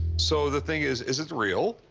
so the thing is, is it real?